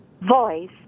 voice